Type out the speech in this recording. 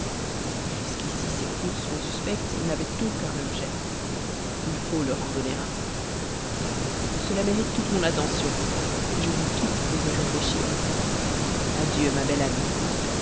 jusqu'ici ces courses qu'on suspecte n'avaient aucun objet il faut leur en donner un cela mérite toute mon attention je vous quitte pour y réfléchir adieu ma belle amie